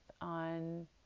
on